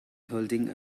holding